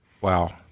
Wow